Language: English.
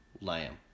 lamb